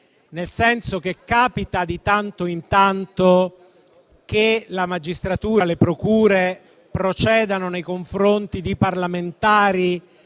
abnorme. Capita di tanto in tanto che la magistratura e le procure procedano nei confronti di parlamentari